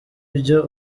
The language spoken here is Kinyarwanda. byo